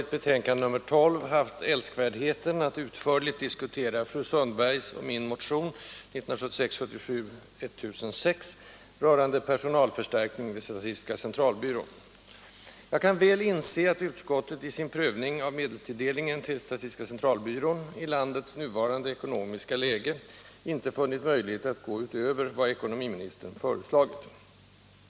till SCB, i landets nuvarande ekonomiska läge, inte funnit möjlighet att gå utöver vad ekonomiministern föreslagit.